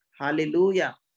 hallelujah